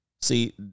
see